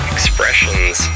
Expressions